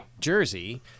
Jersey